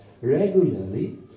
regularly